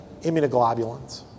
immunoglobulins